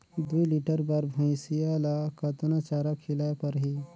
दुई लीटर बार भइंसिया ला कतना चारा खिलाय परही?